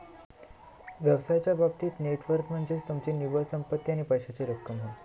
व्यवसायाच्या बाबतीत net worth म्हनज्ये तुमची निव्वळ संपत्ती आणि पैशाची रक्कम